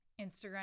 Instagram